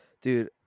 Dude